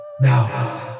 Now